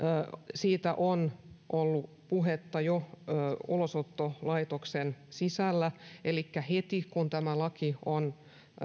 siitä on ollut puhetta jo ulosottolaitoksen sisällä elikkä heti kun tämä laki on